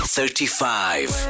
Thirty-five